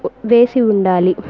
వేసి ఉండాలి